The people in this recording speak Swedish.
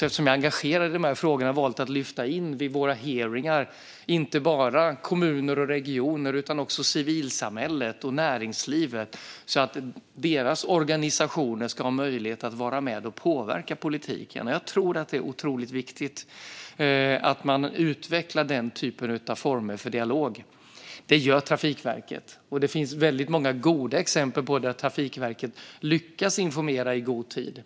Eftersom jag är engagerad i dessa frågor har jag själv valt att lyfta in inte bara kommuner och regioner utan också civilsamhället och näringslivet vid våra hearingar så att deras organisationer får möjlighet att vara med och påverka politiken. Det är otroligt viktigt att man utvecklar den formen för dialog. Det gör Trafikverket. Det finns många goda exempel där Trafikverket lyckas informera i god tid.